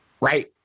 right